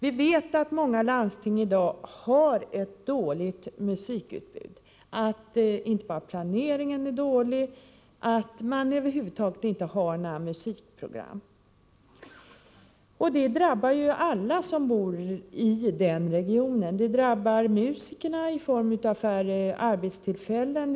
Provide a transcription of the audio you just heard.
Vi vet att många landsting i dag har ett dåligt musikutbud, att det inte bara är planeringen som är dålig utan att man på vissa håll över huvud taget inte har några musikprogram. Detta drabbar alla som bor i de regionerna. Det drabbar musikerna i form av färre arbetstillfällen.